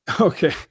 Okay